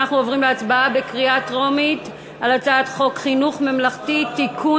אנחנו עוברים להצבעה בקריאה טרומית על הצעת חוק חינוך ממלכתי (תיקון,